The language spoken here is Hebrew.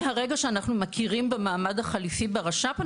מהרגע שאנחנו מכירים במעמד החליפי ברש"פ,